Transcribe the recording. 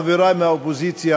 חברי מהאופוזיציה,